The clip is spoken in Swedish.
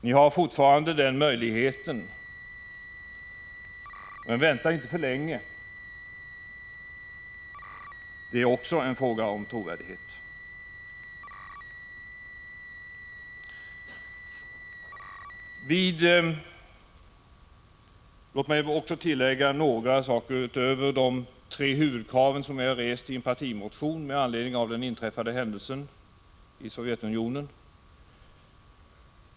Ni har fortfarande möjligheten, men vänta inte för länge. Det är också en fråga om trovärdighet. Låt mig också tillägga några saker utöver de tre huvudkraven som vi har rest i en partimotion med anledning av den inträffade händelsen i Sovjetunionen.